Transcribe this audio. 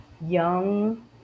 young